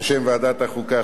בשם ועדת החוקה,